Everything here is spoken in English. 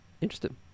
interesting